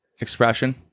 expression